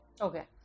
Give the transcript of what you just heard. Okay